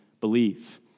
believe